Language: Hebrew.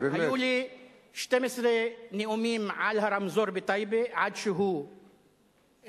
היו לי 12 נאומים על הרמזור בטייבה עד שהוא בוצע.